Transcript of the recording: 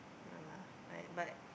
ah lah I but